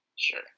Sure